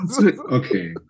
Okay